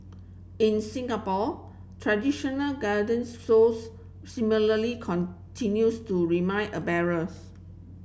in Singapore traditional roles similarly continues to remain a barriers